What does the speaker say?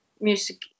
music